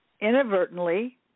inadvertently